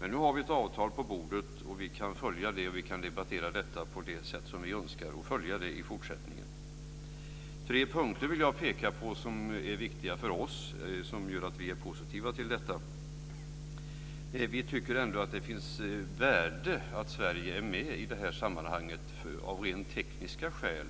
Men nu har vi ett avtal på bordet, och vi kan följa det och debattera det på det sätt som vi önskar och följa det i fortsättningen. Tre punkter vill jag peka på som är viktiga för oss och som gör att vi är positiva till detta. Vi tycker att det finns värde i att Sverige är med i det här sammanhanget av rent tekniska skäl